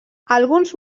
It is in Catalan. alguns